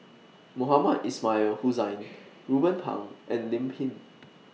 Mohamed Ismail Hussain Ruben Pang and Lim Pin